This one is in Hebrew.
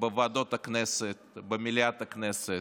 בוועדות הכנסת, במליאת הכנסת,